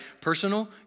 personal